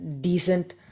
decent